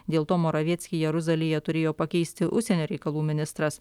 dėl to moravieckį jeruzalėje turėjo pakeisti užsienio reikalų ministras